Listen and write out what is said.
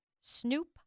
Snoop